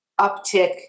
uptick